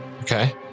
Okay